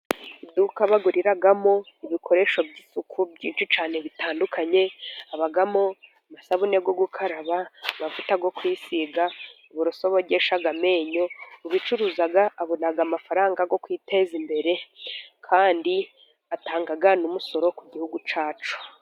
Iduka baguriramo ibikoresho by'isuku byinshi cyane bitandukanye. Habamo amasabune yo gukaraba, amavuta yo kwiyisiga, uburoso bogesha amenyo. Ubicuruza abona amafaranga yo kwiteza imbere kandi atanga n'umusoro ku gihugu cyacu.